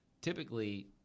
typically